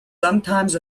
sometimes